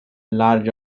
large